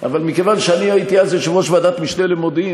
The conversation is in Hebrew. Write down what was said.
אבל מכיוון שאני הייתי אז יושב-ראש ועדת משנה למודיעין